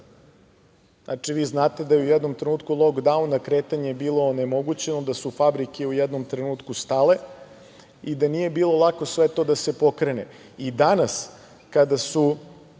udarce. Vi znate da je u jednom trenutku lokdauna kretanje bilo onemogućeno, da su fabrike u jednom trenutku stale i da nije bilo lako sve to da se pokrene. I danas, kada su